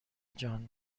جان